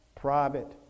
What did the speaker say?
private